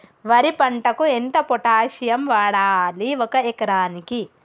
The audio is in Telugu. వరి పంటకు ఎంత పొటాషియం వాడాలి ఒక ఎకరానికి?